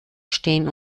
stehen